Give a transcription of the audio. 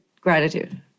gratitude